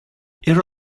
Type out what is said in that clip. ero